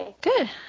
Good